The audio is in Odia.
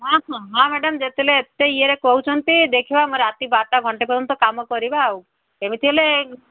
ହଁ ହଁ ହଁ ମ୍ୟାଡ଼ାମ୍ ଯେତେବେଳେ ଏତେ ଇଏରେ କହୁଛନ୍ତି ଦେଖିବା ମୁଁ ରାତି ବାରଟା ଘଣ୍ଟେ ପର୍ଯ୍ୟନ୍ତ କାମ କରିବା ଆଉ ଏମିତି ହେଲେ